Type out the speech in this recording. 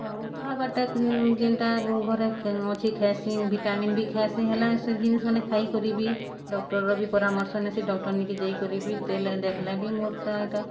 ଆଉ ଖାଏବାର୍ଟା ଯେନ୍ଟା ଘରେ ଅଛେ ଖାଏସିଁ ଭିଟାମିନ୍ ବି ଖାଏସିଁ ହେଲେ ସେ ଜିନିଷ୍ମାନେ ଖାଇକରି ବି ଡକ୍ଟରର୍ ବି ପରାମର୍ଶ ନେସିଁ ଡକ୍ଟର୍ନିକେ ଯାଇକରି ବି ଦେଲେ ଦେଖ୍ଲେ ବି ମୋର୍ଟା ଇଟା